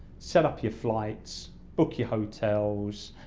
set up your flights, book your hotels,